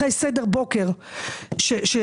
אחרי סדר בוקר בכוללים,